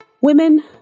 Women